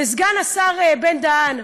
וסגן השר בן-דהן,